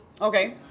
Okay